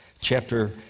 chapter